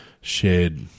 shared